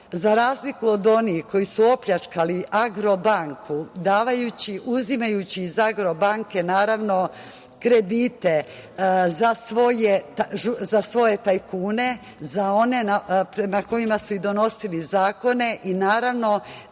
za razliku od onih koji su opljačkali „Agrobanku“ uzimajući iz „Agrobanke“, kredite za svoje tajkune na kojima su i donosili zakone i naravno